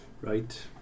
right